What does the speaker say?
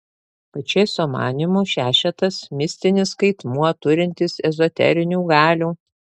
pačėso manymu šešetas mistinis skaitmuo turintis ezoterinių galių